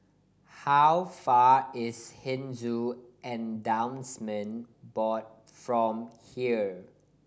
how far is Hindu Endowment Board from here